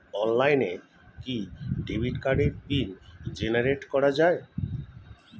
অনলাইনে কি ডেবিট কার্ডের পিন জেনারেট করা যায়?